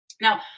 Now